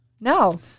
No